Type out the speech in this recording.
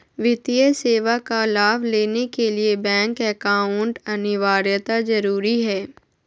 वित्तीय सेवा का लाभ लेने के लिए बैंक अकाउंट अनिवार्यता जरूरी है?